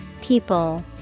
People